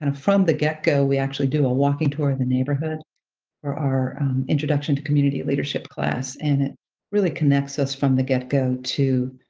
and from the get-go we actually do a walking tour of the neighborhood for our introduction to community leadership class, and it really connects us from the get-go to